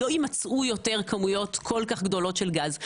יימצאו יותר כמויות כל כך גדולות של גז.